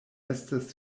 estas